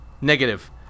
Negative